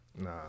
Nah